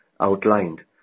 outlined